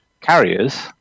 carriers